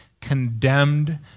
condemned